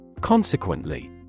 Consequently